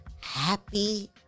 Happy